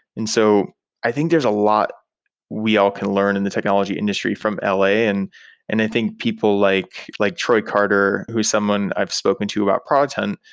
and so i think there's a lot we all can learn in the technology industry from l a, and and i think people like like troy carter who's someone i've spoken to about product hunt,